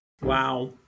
Wow